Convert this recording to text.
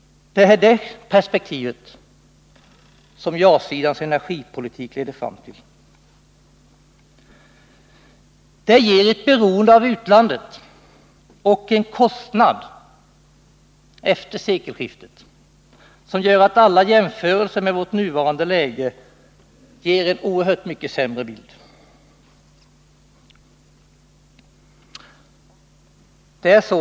Det är det perspektiv som ja-sidans energipolitik leder fram till. Det ger efter sekelskiftet ett beroende av utlandet och en kostnad som gör att alla jämförelser med vårt nuvarande läge ger en oerhört mycket sämre bild. Herr talman!